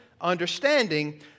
understanding